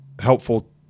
helpful